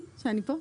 עסק?